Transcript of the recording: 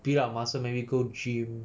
build up muscle maybe go gym